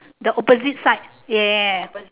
the opposite side yes